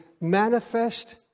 manifest